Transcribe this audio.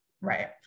Right